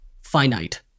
finite